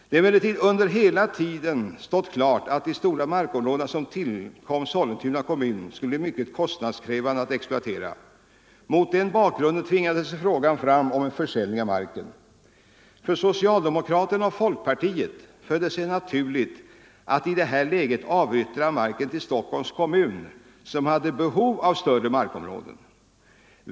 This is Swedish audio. Det har emellertid under hela tiden stått klart att de stora markområden som tillkom Sollentuna kommun skulle bli mycket kostnadskrävande att exploatera. Mot den bakgrunden tvingade sig frågan fram om en för För socialdemokraterna och folkpartiet föll det sig naturligt att i detta läge avyttra marken till Stockholms kommun, som hade behov av större markområden.